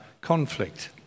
conflict